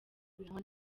bihanwa